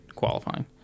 qualifying